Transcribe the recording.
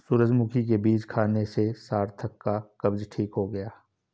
सूरजमुखी के बीज खाने से सार्थक का कब्ज ठीक हो गया